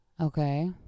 Okay